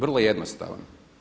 Vrlo jednostavan.